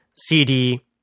CD